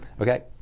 okay